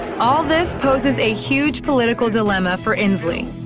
all this poses a huge political dilemma for inslee.